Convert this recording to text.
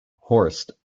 horst